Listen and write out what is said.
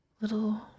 little